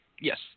Yes